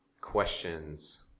questions